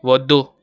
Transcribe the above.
వద్దు